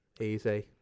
Easy